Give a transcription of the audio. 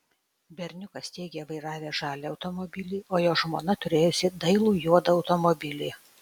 berniukas teigė vairavęs žalią automobilį o jo žmona turėjusi dailų juodą automobilį